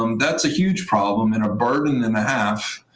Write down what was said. um that's a huge problem and a burden and a half,